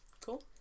cool